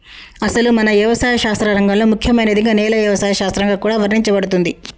అసలు మన యవసాయ శాస్త్ర రంగంలో ముఖ్యమైనదిగా నేల యవసాయ శాస్త్రంగా కూడా వర్ణించబడుతుంది